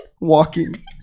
walking